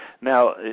Now